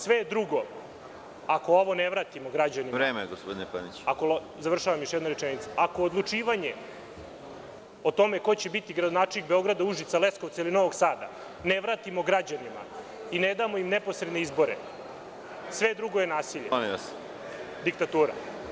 Sve drugo ako ovo ne vratimo građanima, ako odlučivanje o tome ko će biti gradonačelnik Beograda, Užica, Leskovca ili Novog Sada ne vratimo građanima i ne damo im neposredne izbore, sve drugo je nasilje, diktatura.